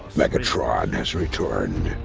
megatron has returned